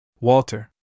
Walter